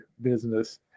business